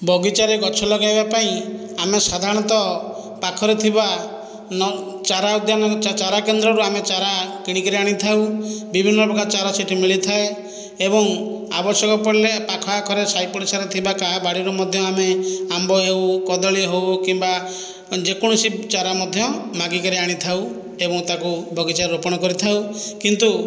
ବଗିଚାରେ ଗଛ ଲଗେଇବା ପାଇଁ ଆମେ ସାଧାରଣତଃ ପାଖରେ ଥିବା ନ ଚାରା ଉଦ୍ୟାନରୁ ଚାରା କେନ୍ଦ୍ରରୁ ଆମେ ଚାରା କିଣିକିରି ଆଣିଥାଉ ବିଭିନ୍ନ ପ୍ରକାର ଚାରା ସେଠି ମିଳିଥାଏ ଏବଂ ଆବଶ୍ୟକ ପଡ଼ିଲେ ପାଖ ଆଖରେ ସାଇ ପଡ଼ିଶାରେ ଥିବା କାହା ବାଡ଼ିରୁ ମଧ୍ୟ ଆମେ ଆମ୍ବ ହେଉ କଦଳୀ ହଉ କିମ୍ବା ଯେକୌଣସି ଚାରା ମଧ୍ୟ ମାଗିକିରି ଆଣିଥାଉ ଏବଂ ତାକୁ ବଗିଚାରେ ରୋପଣ କରିଥାଉ କିନ୍ତୁ